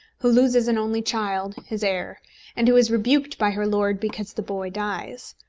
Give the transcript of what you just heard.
who loses an only child his heir and who is rebuked by her lord because the boy dies.